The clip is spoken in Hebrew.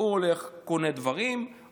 הוא הולך וקונה דברים,